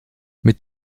mit